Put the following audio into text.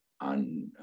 on